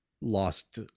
lost